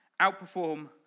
outperform